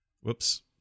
Whoops